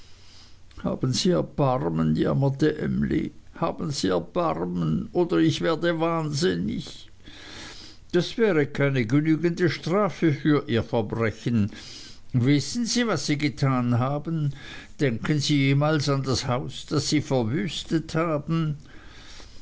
haben sie erbarmen jammerte emly haben sie erbarmen oder ich werde wahnsinnig das wäre keine genügende strafe für ihr verbrechen wissen sie was sie getan haben denken sie jemals an das haus das sie verwüstet haben